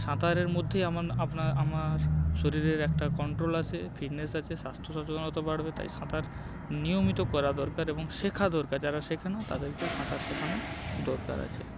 সাঁতারের মধ্যেই এমন আপনার আমার শরীরের একটা কন্ট্রোল আসে ফিটনেস আসে স্বাস্থ্য সচেতনতা বাড়বে তাই সাঁতার নিয়মিত করা দরকার এবং শেখা দরকার যারা শেখে না তাদেরকেও সাঁতার শেখানো দরকার আছে